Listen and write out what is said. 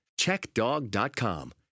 CheckDog.com